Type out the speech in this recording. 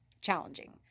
challenging